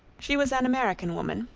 she was an american woman,